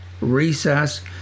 recess